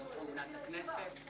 עד סוף כהונת הכנסת.